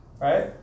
right